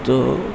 તો